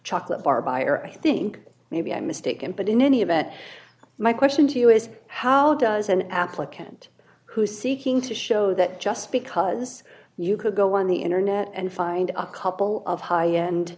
chocolate bar buyer i think maybe i'm mistaken but in any event my question to you is how does an applicant who is seeking to show that just because you could go on the internet and find a couple of high end